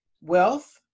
wealth